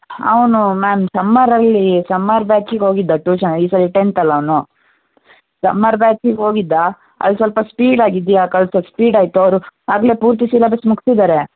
ಅವನು ಮ್ಯಾಮ್ ಸಮ್ಮರಲ್ಲಿ ಸಮ್ಮರ್ ಬ್ಯಾಚಿಗೆ ಹೋಗಿದ್ದ ಟ್ಯೂಷನಲ್ಲಿ ಈ ಸರಿ ಟೆಂತ್ ಅಲ್ಲಾ ಅವನು ಸಮ್ಮರ್ ಬ್ಯಾಚಿಗೆ ಹೋಗಿದ್ದ ಅಲ್ಲಿ ಸ್ವಲ್ಪ ಸ್ಪೀಡಾಗಿ ಇದ್ಯಾ ಕಲ್ಸೋದು ಸ್ಪೀಡ್ ಆಯಿತು ಅವರು ಆಗಲೇ ಪೂರ್ತಿ ಸಿಲೆಬಸ್ ಮುಗ್ಸಿದ್ದಾರೆ